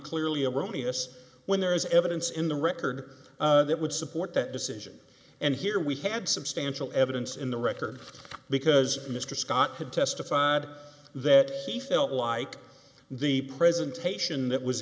clearly a roominess when there is evidence in the record that would support that decision and here we had substantial evidence in the record because mr scott had testified that he felt like the presentation that was